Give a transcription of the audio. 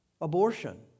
abortion